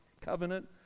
covenant